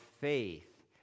faith